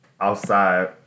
outside